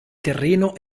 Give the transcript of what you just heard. terreno